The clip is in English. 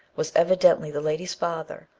was evidently the lady's father,